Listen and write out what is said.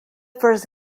first